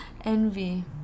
Envy